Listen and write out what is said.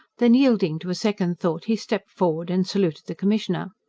then, yielding to a second thought, he stepped forward and saluted the commissioner.